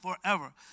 forever